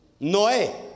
Noé